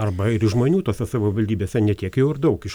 arba ir žmonių tose savivaldybėse ne tiek jau ir daug iš